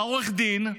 עורך הדין,